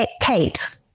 Kate